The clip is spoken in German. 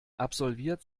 absolviert